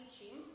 teaching